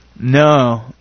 No